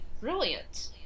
brilliant